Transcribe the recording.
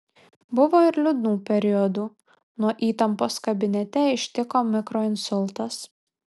buvo ir liūdnų periodų nuo įtampos kabinete ištiko mikroinsultas